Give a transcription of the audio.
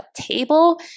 table